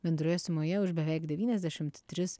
bendroje sumoje už beveik devyniasdešimt tris